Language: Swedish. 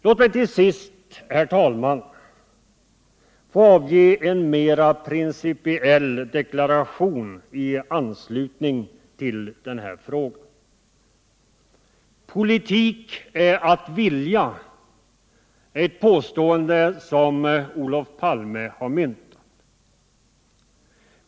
Låt mig till sist, herr talman, få avge en mera principiell deklaration i anslutning till denna fråga. Politik är att vilja, är ett påstående som Olof Palme har myntat.